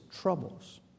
troubles